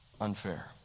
Unfair